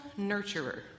nurturer